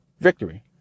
victory